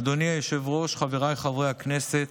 אדוני היושב-ראש, חבריי חברי הכנסת,